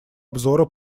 обзора